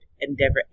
endeavor